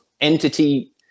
entity